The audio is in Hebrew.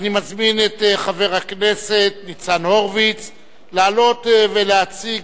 אני מזמין את חבר הכנסת ניצן הורוביץ לעלות ולהציג